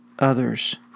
others